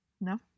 No